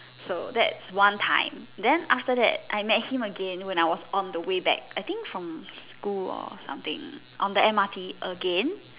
so that's one time then after that I met him again when I was on the way back I think from school or something on the M_R_T again